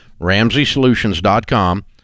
RamseySolutions.com